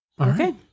okay